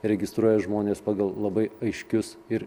registruoja žmones pagal labai aiškius ir